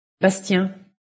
Bastien